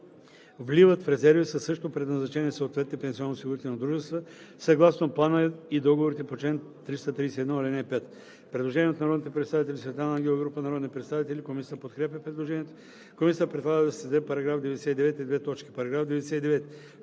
вливат в резерви със същото предназначение в съответните пенсионноосигурителни дружества съгласно плана и договорите по чл. 331, ал. 5.“ Предложение от народния представител Светлана Ангелова и група народни представители. Комисията подкрепя предложението. Комисията предлага да се създаде § 99: „§ 99. В чл.